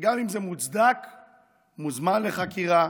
וגם אם זה מוצדק הוא מוזמן לחקירה,